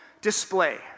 display